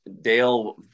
Dale